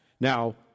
Now